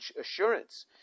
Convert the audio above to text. assurance